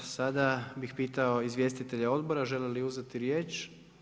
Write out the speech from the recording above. Sada bih pitao izvjestitelje odbora žele li uzeti riječ?